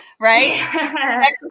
right